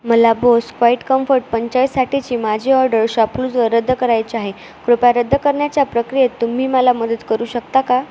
मला Bose QuietComfort पंचेचाळीससाठीची माझी ऑर्डर शॉपलूजवर रद्द करायची आहे कृपया रद्द करण्याच्या प्रक्रियेत तुम्ही मला मदत करू शकता का